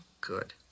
Good